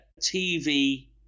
TV